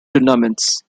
tournaments